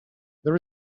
there